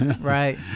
Right